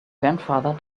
grandfather